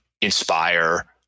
inspire